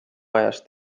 ajast